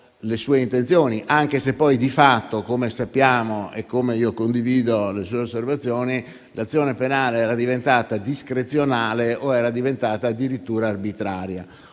le sue intenzioni, anche se poi di fatto, come sappiamo (io condivido le sue osservazioni), l'azione penale era diventata discrezionale o addirittura arbitraria.